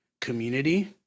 community